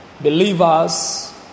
believers